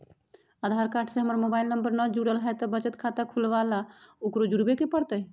आधार card से हमर mobile number न जुरल है त बचत खाता खुलवा ला उकरो जुड़बे के पड़तई?